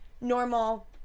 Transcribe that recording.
normal